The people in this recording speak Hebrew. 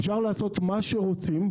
אפשר לעשות מה שרוצים,